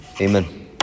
Amen